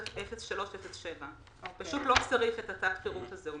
עכשיו 0307. לא צריך את תת-הפירוט הזה,